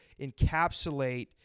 encapsulate